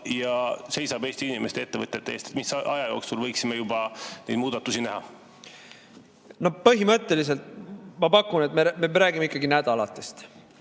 ja seisab Eesti inimeste ja ettevõtjate eest, mis aja jooksul võiksime juba neid muudatusi näha? Põhimõtteliselt, ma pakun, et me räägime nädalatest.